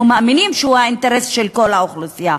מאמינים שהוא האינטרס של כל האוכלוסייה.